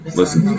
listen